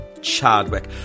Chadwick